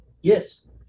yes